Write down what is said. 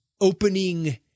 opening